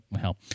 hell